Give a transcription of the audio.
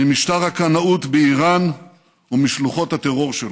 ממשטר הקנאות באיראן ומשלוחות הטרור שלו.